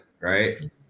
right